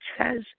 says